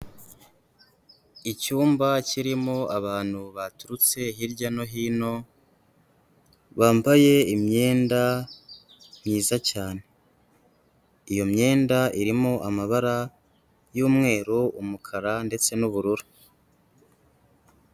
Icyumba kirimo abantu baturutse hirya no hino, bambaye imyenda myiza cyane. Iyo myenda, irimo amabara y'umweru, umukara ndetse n'ubururu.